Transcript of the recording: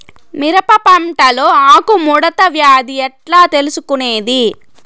మిరప పంటలో ఆకు ముడత వ్యాధి ఎట్లా తెలుసుకొనేది?